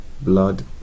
blood